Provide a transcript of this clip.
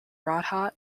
radha